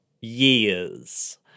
Years